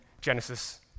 Genesis